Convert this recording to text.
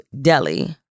Delhi